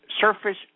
surface